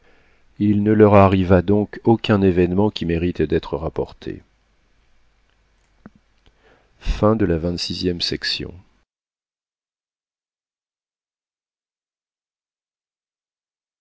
il ne leur arriva donc aucun événement qui mérite d'être rapporté